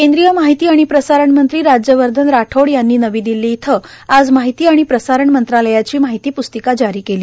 केंद्रिय माहिती आणि प्रसारण मंत्री राज्यवर्धन राठोड यांनी नवी दिल्ली इथं आज माहिती आणि प्रसारण मंत्रालयाची माहिती प्स्तिका जारी केली